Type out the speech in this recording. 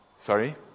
Sorry